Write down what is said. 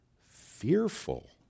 fearful